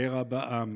קרע בעם,